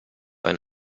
ein